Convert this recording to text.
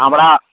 हमरा